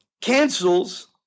cancels